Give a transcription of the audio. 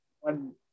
one